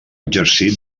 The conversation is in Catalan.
exercit